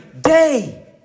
day